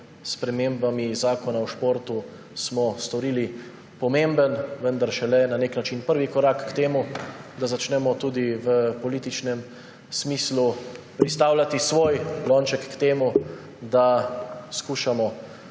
spremembami Zakona o športu smo storili pomemben, vendar na nek način šele prvi korak k temu, da začnemo tudi v političnem smislu pristavljati svoj lonček k temu, da skušamo